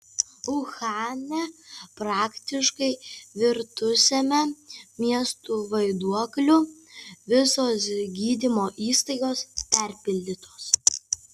uhane praktiškai virtusiame miestu vaiduokliu visos gydymo įstaigos perpildytos